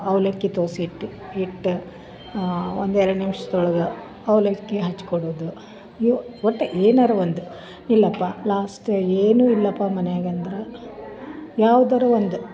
ಅವಲಕ್ಕಿ ದೋಸೆ ಹಿಟ್ಟು ಹಿಟ್ಟು ಒಂದೆರಡು ನಿಮ್ಷದೊಳಗೆ ಅವಲಕ್ಕಿ ಹಚ್ಕೊಡೋದು ಇವು ಒಟ್ಟು ಏನಾದರು ಒಂದು ಇಲ್ಲಪ್ಪ ಲಾಸ್ಟಲ್ಲಿ ಏನು ಇಲ್ಲಪ್ಪ ಮನೆಯಾಗಂದ್ರೆ ಯಾವ್ದಾರ ಒಂದು